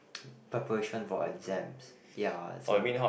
preparation for exams ya so